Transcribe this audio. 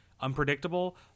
unpredictable